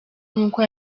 nkuko